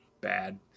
bad